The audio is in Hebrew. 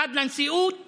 אחד בנשיאות